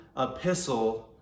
epistle